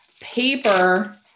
paper